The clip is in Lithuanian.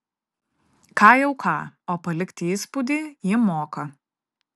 ką jau ką o palikti įspūdį ji moka